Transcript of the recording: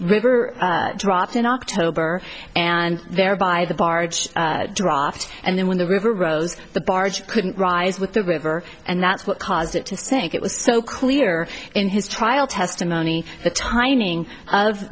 river dropped in october and there by the barge draft and then when the river rose the barge couldn't rise with the river and that's what caused it to sink it was so clear in his trial testimony the tiny of